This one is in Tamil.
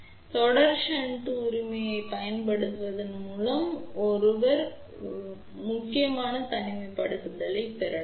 எனவே தொடர் ஷன்ட் உள்ளமைவைப் பயன்படுத்துவதன் மூலம் ஒருவர் ஒழுக்கமான தனிமைப்படுத்தலைப் பெறலாம்